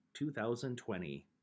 2020